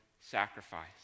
sacrifice